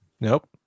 nope